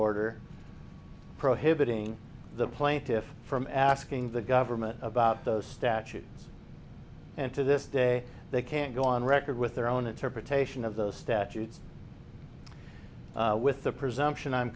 order prohibiting the plaintiffs from asking the government about those statutes and to this day they can go on record with their own interpretation of those statutes with the presumption i'm